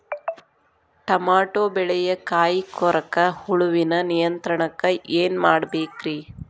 Tomato ಬೆಳೆಯ ಕಾಯಿ ಕೊರಕ ಹುಳುವಿನ ನಿಯಂತ್ರಣಕ್ಕ ಏನ್ ಮಾಡಬೇಕ್ರಿ?